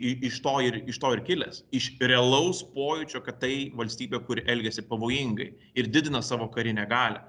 i iš to ir iš to ir kilęs iš realaus pojūčio kad tai valstybė kuri elgiasi pavojingai ir didina savo karinę galią